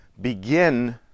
begin